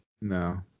No